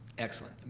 excellent.